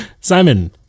Simon